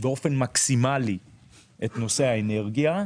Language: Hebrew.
באופן מקסימלי את נושא האנרגיה,